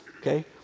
Okay